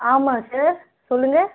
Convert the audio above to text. ஆமாம் சார் சொல்லுங்கள்